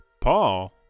Paul